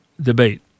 debate